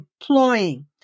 employing